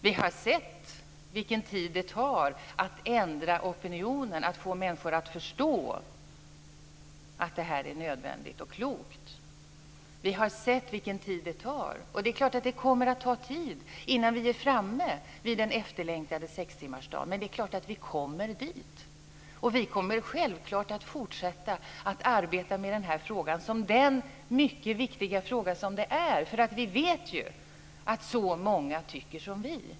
Vi har sett vilken tid det tar att ändra opinionen och få människor att förstå att det här är nödvändigt och klokt. Det är klart att det kommer att tid innan vi är framme vid den efterlängtade sextimmarsdagen, men det är klart att vi kommer dit. Vi kommer självklart att fortsätta att arbeta med den här frågan som den mycket viktiga fråga det är. Vi vet ju att så många tycker som vi.